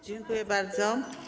Dziękuję bardzo.